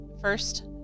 First